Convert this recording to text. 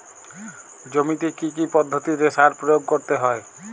জমিতে কী কী পদ্ধতিতে সার প্রয়োগ করতে হয়?